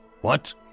What